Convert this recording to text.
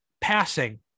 passing